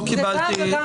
זה גם וגם וגם.